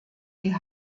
die